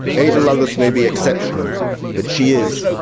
ada lovelace may be exceptional but she is,